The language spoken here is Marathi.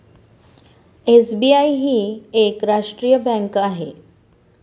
एस.बी.आय ही एक राष्ट्रीय बँक आहे